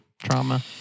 Trauma